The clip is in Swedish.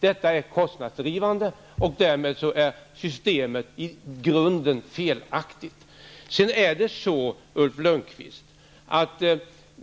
Detta är kostnadsdrivande, och därmed är systemet i grunden felaktigt.